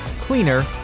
cleaner